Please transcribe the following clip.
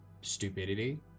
stupidity